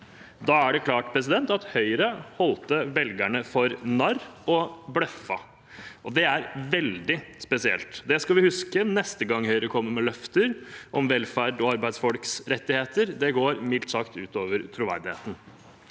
Da er det klart at Høyre holdt velgerne for narr og bløffet, og det er veldig spesielt. Det skal vi huske neste gang Høyre kommer med løfter om velferd og arbeidsfolks rettigheter. Det går mildt sagt ut over troverdigheten.